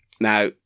Now